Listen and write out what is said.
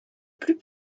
plus